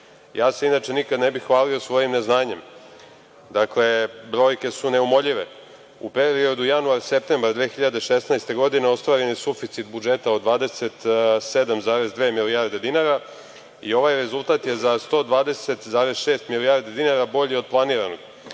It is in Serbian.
se inače nikad ne bih hvalio svojim neznanjem. Dakle, brojke su neumoljive. U periodu januar-septembar 2016. godine ostvaren je suficit budžeta od 27,2 milijarde dinara i ovaj rezultat je za 120,6 milijardi bolji od planiranog.